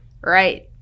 right